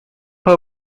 her